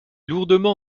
lourdement